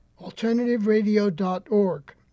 alternativeradio.org